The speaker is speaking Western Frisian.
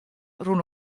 rûn